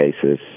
cases